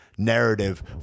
narrative